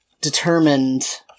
determined